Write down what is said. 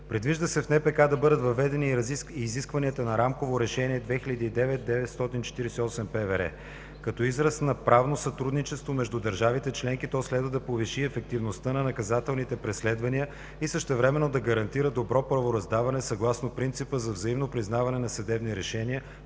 кодекс да бъдат въведени и изискванията на Рамково решение 2009/948/ПВР. Като израз на правно сътрудничество между държавите членки то следва да повиши ефективността на наказателните преследвания и същевременно да гарантира добро правораздаване съгласно принципа за взаимно признаване на съдебни решения